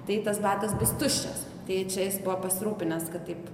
tai tas batas bus tuščias tai čia jis buvo pasirūpinęs kad taip